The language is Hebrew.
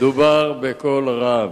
דובר בקול רם.